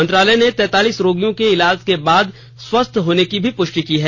मंत्रालय ने तैंतालिस रोगियों के इलाज के बाद स्वयस्थ होने की भी पुष्टि की है